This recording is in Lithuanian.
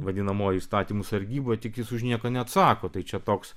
vadinamoji įstatymų sargyba tik jis už nieką neatsako tai čia toks